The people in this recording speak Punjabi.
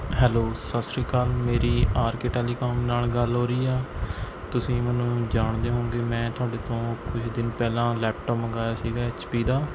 ਹੈਲੋ ਸਤਿ ਸ੍ਰੀ ਅਕਾਲ ਮੇਰੀ ਆਰ ਕੇ ਟੈਲੀਕੌਮ ਨਾਲ ਗੱਲ ਹੋ ਰਹੀ ਹੈ ਤੁਸੀਂ ਮੈਨੂੰ ਜਾਣਦੇ ਹੋਂਗੇ ਮੈਂ ਤੁਹਾਡੇ ਤੋਂ ਕੁਝ ਦਿਨ ਪਹਿਲਾਂ ਲੈਪਟੋਪ ਮੰਗਾਇਆ ਸੀ ਐੱਚ ਪੀ ਦਾ